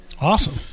Awesome